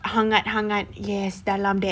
hangat hangat yes dalam that